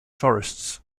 forests